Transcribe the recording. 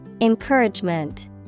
Encouragement